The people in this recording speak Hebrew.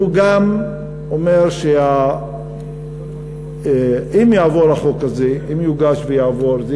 הוא גם אומר שאם החוק הזה יוגש ויעבור זאת